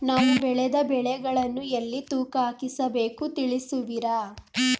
ನಾವು ಬೆಳೆದ ಬೆಳೆಗಳನ್ನು ಎಲ್ಲಿ ತೂಕ ಹಾಕಿಸ ಬೇಕು ತಿಳಿಸುವಿರಾ?